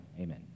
Amen